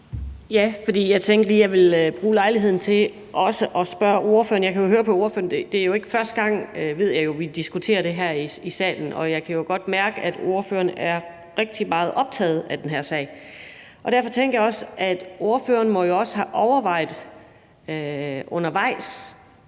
at jeg også lige ville bruge lejligheden til at spørge ordføreren om noget. Jeg kan høre på ordføreren, at det ikke er første gang, vi diskuterer det her i salen – det ved jeg jo – og jeg kan godt mærke, at ordføreren er rigtig meget optaget af den her sag. Derfor tænkte jeg også, at ordføreren jo må have overvejet undervejs,